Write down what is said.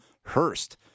Hurst